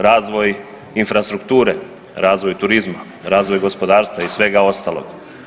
Razvoj, infrastrukture, razvoj turizma, razvoj gospodarstva i svega ostaloga.